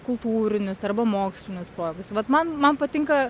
kultūrinius arba mokslinius projektus vat man man patinka